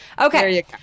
Okay